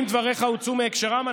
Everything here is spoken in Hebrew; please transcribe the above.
אם דבריך הוצאו מהקשרם,